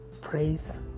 Praise